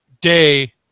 day